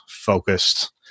focused